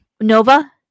Nova